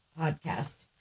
podcast